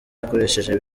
akoresheje